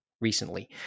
recently